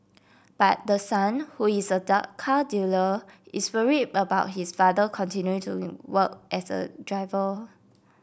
but the son who is a dark car dealer is worried about his father continuing to work as a driver